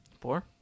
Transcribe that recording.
four